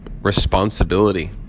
responsibility